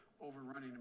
Overrunning